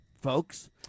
folks